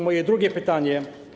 Moje drugie pytanie.